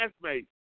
classmates